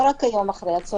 לא רק היום אחרי הצהריים.